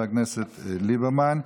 תודה לחבר הכנסת ליברמן.